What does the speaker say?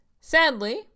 Sadly